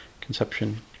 conception